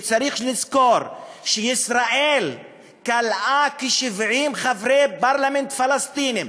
וצריך לזכור שישראל כלאה כ-70 חברי פרלמנט פלסטינים,